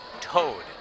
toad